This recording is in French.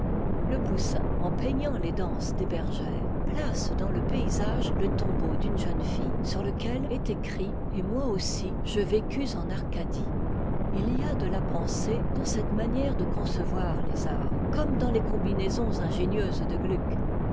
le poussin en peignant les danses des bergères place dans le paysage le tombeau d'une jeune site sur lequel est écrit et moi aussi je vécus en eaa e il y a de la pensée dans cette manière de concevoir les arts comme dans les combinaisons ingénieuses de gluck